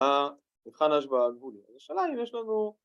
‫המחנש והגבולים. ‫אלה שאלה אם יש לנו...